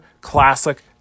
classic